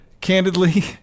candidly